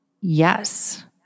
Yes